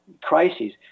crises